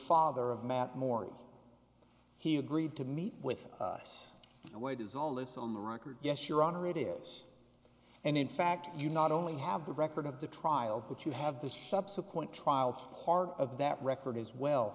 father of matt mori he agreed to meet with us and where does all this on the record yes your honor it is and in fact you not only have the record of the trial but you have the subsequent trial part of that record as well